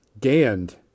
gand